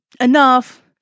enough